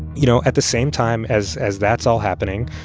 you know, at the same time as as that's all happening,